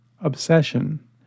Obsession